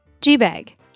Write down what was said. G-Bag